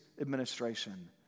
administration